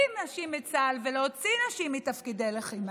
נשים מצה"ל ולהוציא נשים מתפקידי לחימה.